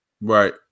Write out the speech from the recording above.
Right